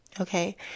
Okay